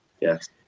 Yes